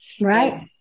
Right